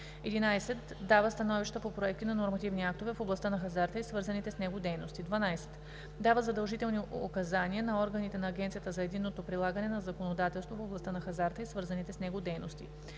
11. дава становища по проекти на нормативни актове в областта на хазарта и свързаните с него дейности; 12. дава задължителни указания на органите на агенцията за единното прилагане на законодателство в областта на хазарта и свързаните с него дейности;